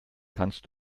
kannst